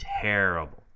terrible